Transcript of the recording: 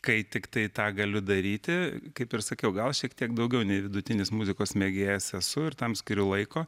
kai tiktai tą galiu daryti kaip ir sakiau gal šiek tiek daugiau nei vidutinis muzikos mėgėjas esu ir tam skiriu laiko